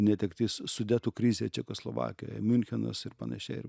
netektis sudetų krizė čekoslovakijoje miunchenas ir panašiai ir